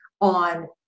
on